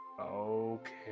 Okay